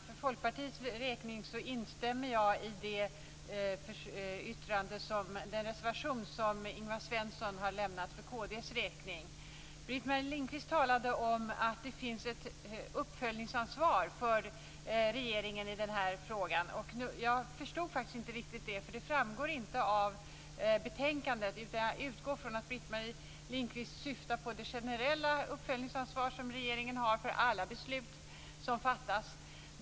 För Folkpartiets räkning instämmer jag i den reservation som Ingvar Svensson har lämnat för kd:s räkning. Britt-Marie Lindkvist talade om att det finns ett uppföljningsansvar för regeringen i den här frågan. Jag förstod faktiskt inte det riktigt. Det framgår inte av betänkandet, utan jag utgår från att Britt-Marie Lindkvist syftar på det generella uppföljningsansvar som regeringen har för alla beslut som fattas.